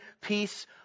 peace